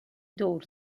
دور